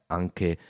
anche